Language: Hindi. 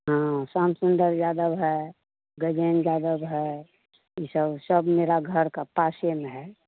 हाँ शामसुंदर यादव है गजेन्द्र यादव है यह सब सब मेरा घर का पास ही में है